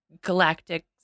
galactic